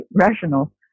rational